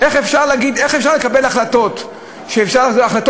איך אפשר לקבל החלטות ציבוריות?